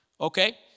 okay